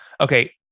Okay